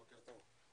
בוקר טוב.